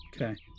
okay